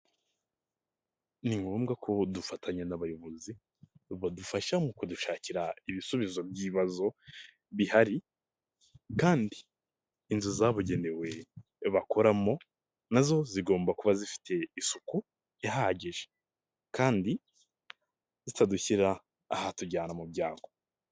Ni ngombwa ko dufatanya n'abayobozi badufasha mu kudushakira ibisubizo by'ibibazo bihari kandi inzu zabugenewe bakoramo, na zo zigomba kuba zifite isuku ihagije kandi zitadushyira ahatujyana mu byago.